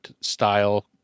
style